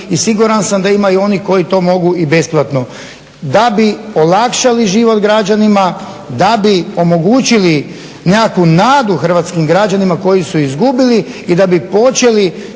i siguran sam da ima i onih koji to mogu i besplatno da bi olakšali život građanima, da bi omogućili nekakvu nadu hrvatskim građanima koji su izgubili i da bi počeli